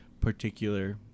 particular